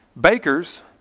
Bakers